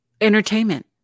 Entertainment